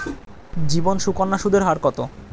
জীবন সুকন্যা সুদের হার কত?